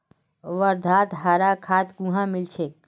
वर्धात हरा खाद कुहाँ मिल छेक